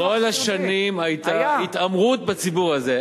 כל השנים היתה התעמרות בציבור הזה,